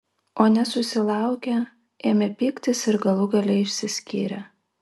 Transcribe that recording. o nesusilaukę ėmė pyktis ir galų gale išsiskyrė